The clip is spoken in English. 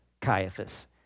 Caiaphas